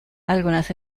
algunas